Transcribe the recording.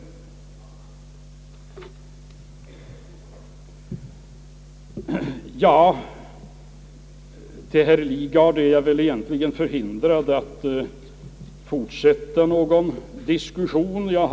Egentligen är jag väl förhindrad att fortsätta någon diskussion med herr Lidgard.